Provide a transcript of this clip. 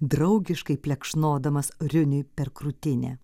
draugiškai plekšnodamas riuniui per krūtinę